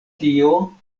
tio